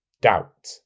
doubt